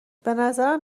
بنظرم